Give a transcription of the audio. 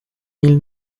mil